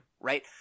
right